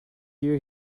year